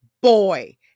boy